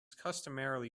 customarily